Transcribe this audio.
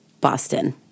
Boston